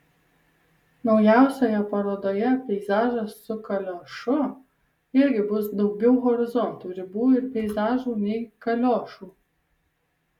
naujausioje parodoje peizažas su kaliošu irgi bus daugiau horizontų ribų ir peizažų nei kaliošų